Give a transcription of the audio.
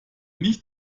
nicht